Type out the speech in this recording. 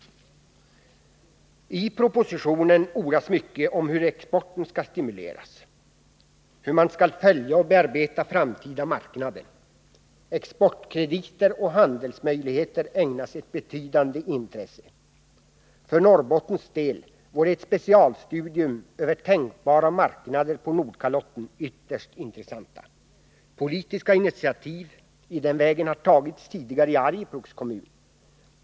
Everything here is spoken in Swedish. I propositionen ordas mycket om hur exporten skall stimuleras och hur man skall följa och bearbeta framtida marknader. Exportkrediter och handelsmöjligheter ägnas ett betydande intresse. För Norrbottens del vore ett specialstudium över tänkbara marknader på Nordkalotten ytterst intressant. Politiska initiativ i den vägen har tagits tidigare i Arjeplogs kommun.